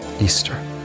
Easter